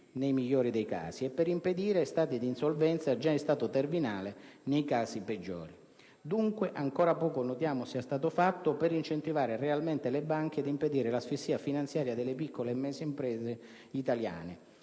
casi migliori, e per impedire stati di insolvenza già in stato terminale, nei casi peggiori. Dunque notiamo quanto poco sia stato fatto per incentivare realmente le banche ad impedire "l'asfissia finanziaria delle piccole e medie imprese italiane",